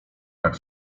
tak